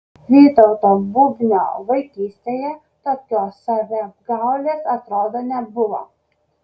vytauto bubnio vaikystėje tokios saviapgaulės atrodo nebuvo